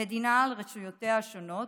המדינה על רשויותיה השונות,